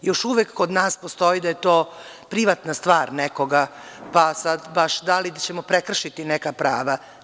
Još uvek kod nas postoji da je to privatna stvar nekoga, pa sada baš da li ćemo prekršiti neka prava.